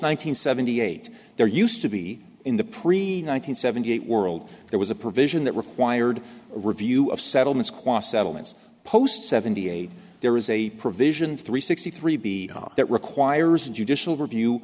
hundred seventy eight there used to be in the pre nine hundred seventy eight world there was a provision that required review of settlements quasi settlements post seventy eight there was a provision of three sixty three b that requires a judicial review